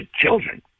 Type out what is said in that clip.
children